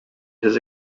his